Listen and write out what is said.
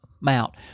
Mount